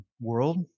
world